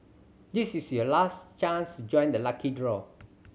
this is your last chance to join the lucky draw